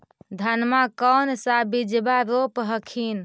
धनमा कौन सा बिजबा रोप हखिन?